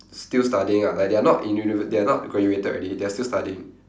still studying lah like they're are not in unive~ they are not graduated already they're still studying